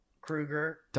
Krueger